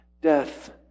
death